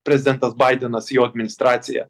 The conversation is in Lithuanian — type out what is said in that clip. prezidentas baidenas jo administracija